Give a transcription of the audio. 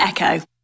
Echo